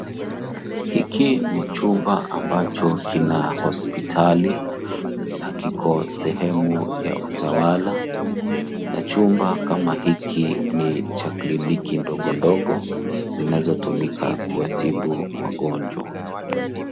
Hiki ni chumba ambacho kina hospitali na kiko sehemu ya Utawala, na chumba kama hiki ni cha kliniki ndogo ndogo zinazotumika kuwatibu wagonjwa.